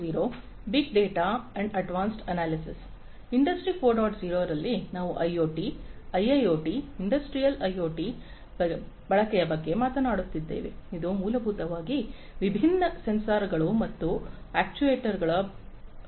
0 ರಲ್ಲಿ ನಾವು IoT IIoT industrial IoT ಬಳಕೆಯ ಬಗ್ಗೆ ಮಾತನಾಡುತ್ತಿದ್ದೇವೆ ಇದು ಮೂಲಭೂತವಾಗಿ ವಿಭಿನ್ನ ಸೆನ್ಸಾರ್ಗಳು ಮತ್ತು ಆಕ್ಯೂವೇಟರ್ಗಳ ಬಳಕೆಯನ್ನು ಆಧರಿಸಿದೆ